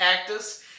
actors